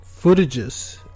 footages